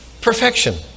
perfection